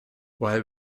while